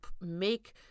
make